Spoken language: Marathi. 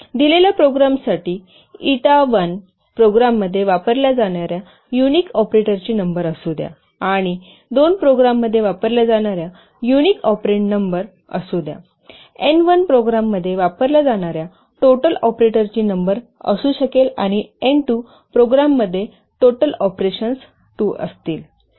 दिलेल्या प्रोग्रामसाठी इटा 1 प्रोग्राममध्ये वापरल्या जाणार्या युनिक ऑपरेटरची नंबर असू द्या आणि 2 प्रोग्राममध्ये वापरल्या जाणार्या युनिक ऑपेरंड नंबर असू द्या एन 1 प्रोग्राममध्ये वापरल्या जाणार्या टोटल ऑपरेटरची नंबर असू शकेल आणि एन 2 प्रोग्राममध्ये टोटल ऑपरेशन्स 2 आहेत